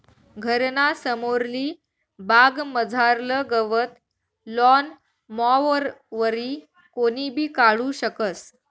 घरना समोरली बागमझारलं गवत लॉन मॉवरवरी कोणीबी काढू शकस